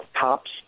Cops